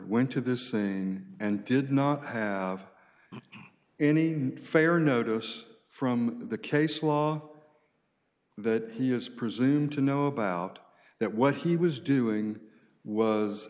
went to the sane and did not have any favor notice from the case law that he is presumed to know about that what he was doing was